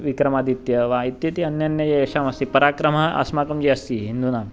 विक्रमादित्यः वा इत्यपि अन्यान्यः येषामस्ति पराक्रमः अस्माकं यदस्ति हिन्दूनां